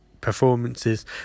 performances